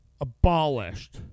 abolished